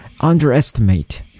underestimate